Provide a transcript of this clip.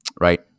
right